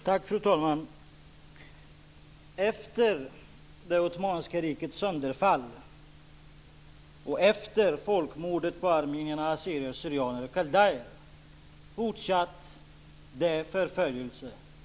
Fru talman! Efter det ottomanska rikets sönderfall och efter folkmordet på armenier, assyrier/syrianer och kaldéer fortsatte förföljelserna.